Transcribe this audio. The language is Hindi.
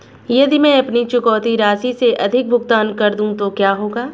यदि मैं अपनी चुकौती राशि से अधिक भुगतान कर दूं तो क्या होगा?